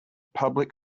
public